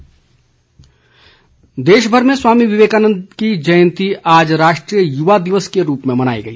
युवा दिवस देशभर में स्वामी विवेकानन्द की जयंती आज राष्ट्रीय युवा दिवस के रूप में मनाई गई